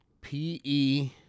P-E